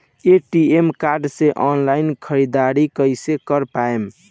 ATM card से online ख़रीदारी कइसे कर पाएम?